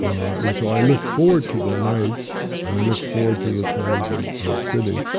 um and so i look forward to the nights and i look forward to the times of of sitting,